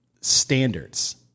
standards